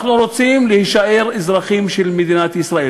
אנחנו רוצים להישאר אזרחים של מדינת ישראל.